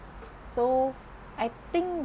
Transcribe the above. so I think